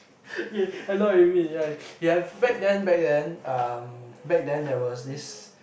okay I know what you mean yeah yeah back then back then um back then there was this